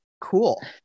cool